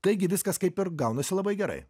taigi viskas kaip ir gaunasi labai gerai